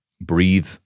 breathe